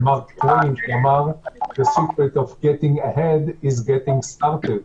של מארק טוויין שאמר: The secret of getting ahead is getting started,